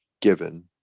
given